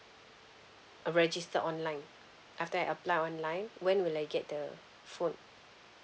register online after I apply online when will I get the phone